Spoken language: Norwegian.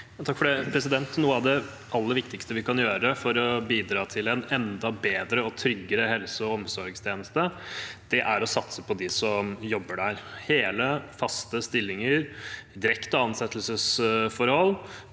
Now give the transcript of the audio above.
(komite- ens leder): Noe av det aller viktigste vi kan gjøre for å bidra til en enda bedre og tryggere helse- og omsorgstjeneste, er å satse på dem som jobber der – hele, faste stillinger, direkte ansettelsesforhold